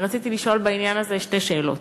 ורציתי לשאול בעניין הזה שתי שאלות: